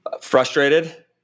Frustrated